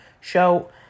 show